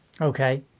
Okay